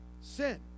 sin